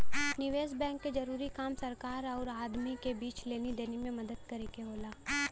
निवेस बैंक क जरूरी काम सरकार आउर आम आदमी क बीच लेनी देनी में मदद करे क होला